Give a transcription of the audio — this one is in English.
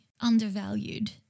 undervalued